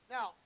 Now